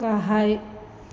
गाहाय